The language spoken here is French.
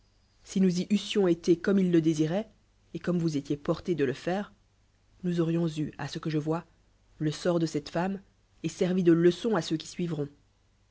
si now y eussions été comme il le désirait et èomme vous éliez porté de le faire nous aurions en y à ce que je vois le bort de cette femme et semi de leçon à ceu s qui suivreul